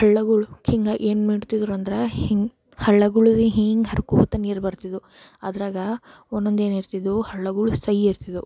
ಹಳ್ಳಗಳು ಹಿಂಗೆ ಏನು ಮಾಡ್ತಿದ್ದರು ಅಂದ್ರೆ ಹಿಂಗೆ ಹಳ್ಳಗಳು ಹಿಂಗೆ ಹರ್ಕೋಳ್ತಾ ನೀರು ಬರ್ತಿದ್ವು ಅದ್ರಾಗ ಒಂದೊಂದು ಏನು ಇರ್ತಿದ್ವು ಹಳ್ಳಗಳು ಸೈ ಇರ್ತಿದ್ವು